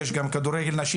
יש גם כדורגל נשים.